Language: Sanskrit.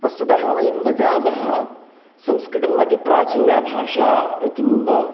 वस्तुतः वयं वदामः संस्कृतम् अतिप्राचीना भाषा किम्